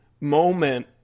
moment